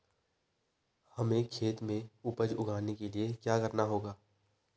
हमें खेत में उपज उगाने के लिये क्या करना होगा?